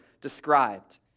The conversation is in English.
described